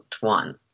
one